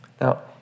Now